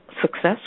success